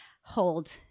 hold